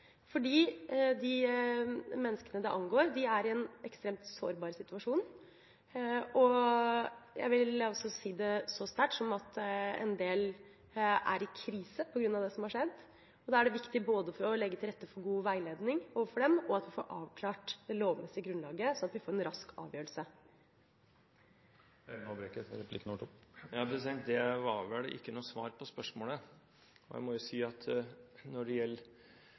i en ekstremt sårbar situasjon. Jeg vil si det så sterkt som at en del er i krise på grunn av det som har skjedd. Da er det viktig både å legge til rette for god veiledning overfor dem, og at vi får avklart det lovmessige grunnlaget, slik at vi får en rask avgjørelse. Det var vel ikke noe svar på spørsmålet. Jeg må si at når det